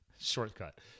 shortcut